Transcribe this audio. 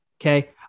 Okay